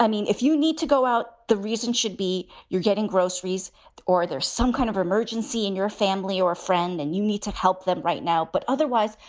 i mean, if you need to go out. the reason should be you're getting groceries or there's some kind of emergency in your family or friend and you need to help them right now. but otherwise,